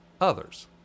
others